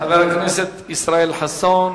חבר הכנסת ישראל חסון,